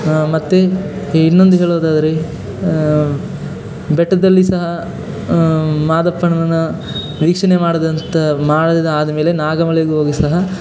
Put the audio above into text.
ಮತ್ತು ಇನ್ನೊಂದು ಹೇಳುವುದಾದ್ರೆ ಬೆಟ್ಟದಲ್ಲಿ ಸಹ ಮಾದಪ್ಪನ ವೀಕ್ಷಣೆ ಮಾಡಿದಂಥ ಮಾಡಿದಾದಮೇಲೆ ನಾಗಮಲೆಗೆ ಹೋಗಿ ಸಹ